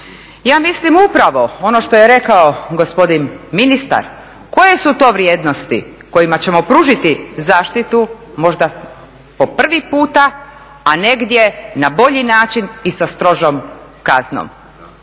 Ja mislim upravo ono što je rekao gospodin ministar, koje su to vrijednosti kojima ćemo pružiti zaštitu, možda po prvi puta, a negdje na bolji način i sa strožom kaznom.